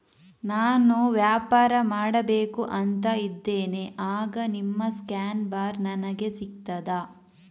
ನಾನು ವ್ಯಾಪಾರ ಮಾಡಬೇಕು ಅಂತ ಇದ್ದೇನೆ, ಆಗ ನಿಮ್ಮ ಸ್ಕ್ಯಾನ್ ಬಾರ್ ನನಗೆ ಸಿಗ್ತದಾ?